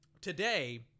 today